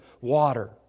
water